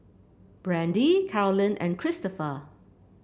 Brandie Carolyn and Christoper